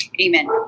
Amen